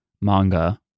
manga